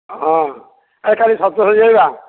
ହଁ ଆରେ କାଲି ଶପ୍ତଶଯ୍ୟା ଯିବା